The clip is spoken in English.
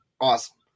awesome